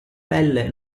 pelle